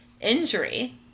injury